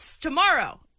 Tomorrow